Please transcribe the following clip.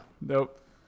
Nope